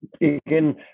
again